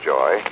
Joy